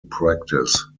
practice